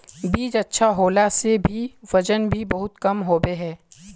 बीज अच्छा होला से भी वजन में बहुत कम होबे है?